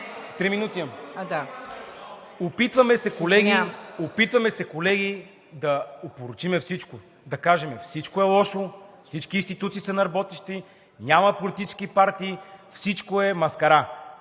НЕНКОВ: Опитваме се, колеги, да опорочим всичко. Да кажем всичко е лошо, всички институции са неработещи, няма политически партии, всичко е маскара.